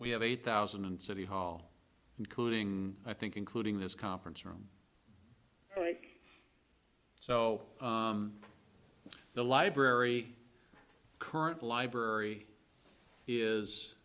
we have eight thousand and city hall including i think including this conference room right so the library current library is